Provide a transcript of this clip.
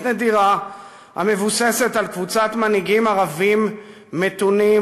נדירה המבוססת על קבוצת מנהיגים ערבים מתונים,